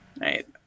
right